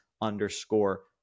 underscore